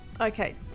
Okay